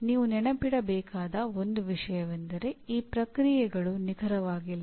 ನೀವು ನೆನಪಿಡಬೇಕಾದ ಒಂದು ವಿಷಯವೆಂದರೆ ಈ ಪ್ರಕ್ರಿಯೆಗಳು ನಿಖರವಾಗಿಲ್ಲ